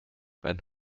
werden